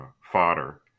fodder